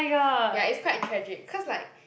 ya it's quite tragic cause like